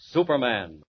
Superman